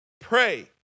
Pray